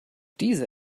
diese